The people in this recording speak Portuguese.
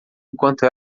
enquanto